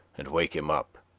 and wake him up,